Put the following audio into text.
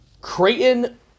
Creighton